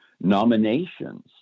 nominations